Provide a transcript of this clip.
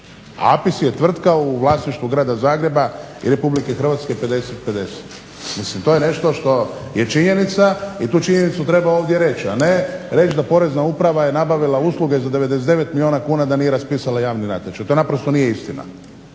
A APIS je tvrtka u vlasništvu Grada Zagreba i Republike Hrvatske 50-50. Mislim to je nešto što je činjenica i tu činjenicu treba ovdje reći, a ne reći da Porezna uprava je nabavila usluge za 99 milijuna kuna, a da nije raspisala javni natječaj. To naprosto nije istina.